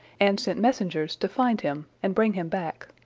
and sent messengers to find him and bring him back.